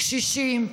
קשישים,